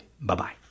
Bye-bye